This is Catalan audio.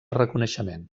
reconeixement